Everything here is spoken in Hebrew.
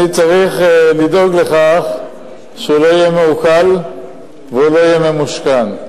אני צריך לדאוג לכך שהוא לא יהיה מעוקל ולא יהיה ממושכן.